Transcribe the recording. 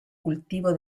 cultivo